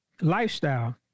lifestyle